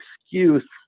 excuse